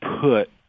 put –